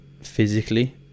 physically